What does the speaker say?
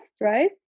right